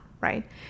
right